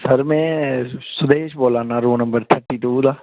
sir में सुदेश बोल्ला ना रोल नंबर थर्टी टू दा